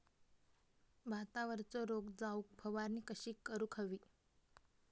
भातावरचो रोग जाऊक फवारणी कशी करूक हवी?